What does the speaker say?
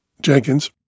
Jenkins